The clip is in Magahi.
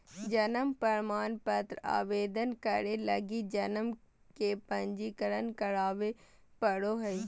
जन्म प्रमाण पत्र आवेदन करे लगी जन्म के पंजीकरण करावे पड़ो हइ